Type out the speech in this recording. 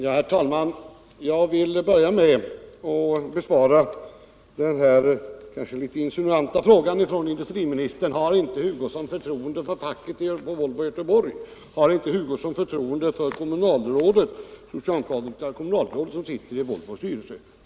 Herr talman! Jag vill börja med att besvara de insinuanta frågorna från industriministern: Har inte herr Hugosson förtroende för facket på Volvo i Göteborg? Har inte herr Hugosson förtroende för det socialdemokratiska kommunalrådet som sitter i Volvos styrelse?